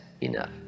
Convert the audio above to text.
Enough